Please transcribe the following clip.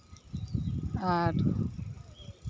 ᱟᱨ